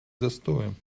застоем